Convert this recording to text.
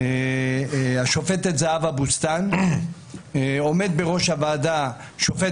השופטת זהבה בוסתן; בראש הוועדה עומד שופט